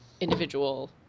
individual